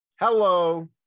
Hello